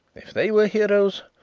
if they were heroes,